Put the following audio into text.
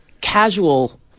casual